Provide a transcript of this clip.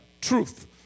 Truth